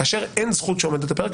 כאשר אין זכות שעומדת על הפרק,